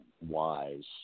wise